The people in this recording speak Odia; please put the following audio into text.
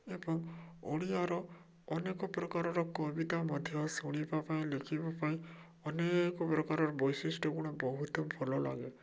ଏବଂ ଓଡ଼ିଆର ଅନେକ ପ୍ରକାରର କବିତା ମଧ୍ୟ ଶୁଣିବା ପାଇଁ ଲେଖିବା ପାଇଁ ଅନେକ ପ୍ରକାରର ବୈଶିଷ୍ଟ୍ୟ ଗୁଣ ବହୁତ ଭଲଲାଗେ